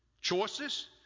Choices